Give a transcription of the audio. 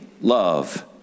love